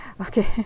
okay